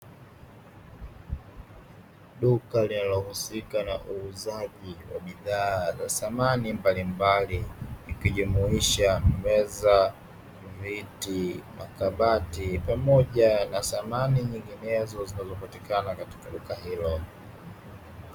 Duka linalohusika na uuzaji wa bidhaa za samani mbalimbali, ikijumuisha: meza, viti, makabati, pamoja na samani nyinginezo zinazopatikana katika duka hilo.